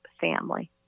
family